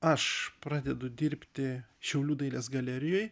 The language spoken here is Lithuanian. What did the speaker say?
aš pradedu dirbti šiaulių dailės galerijoj